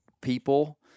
people